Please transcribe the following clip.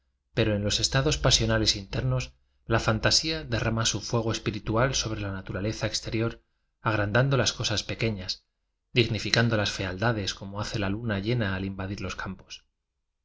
pero en los estados pasio nales internos la fantasía derrama su fueho espiritual sobre la naturaleza exterior agrandando las cosas pequeñas dignifi cando las fealdades como hace la luna ietla a invadir los campos